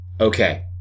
okay